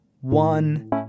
one